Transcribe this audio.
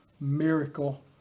miracle